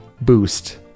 boost